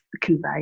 convey